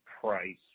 price